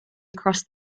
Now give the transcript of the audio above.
across